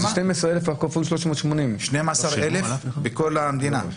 זה 12,000 כפול 380. 12,000 בכל המדינה?